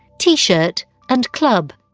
t-shirt and club.